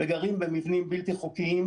וגרים במבנים בלתי חוקיים,